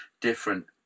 different